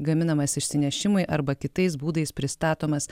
gaminamas išsinešimui arba kitais būdais pristatomas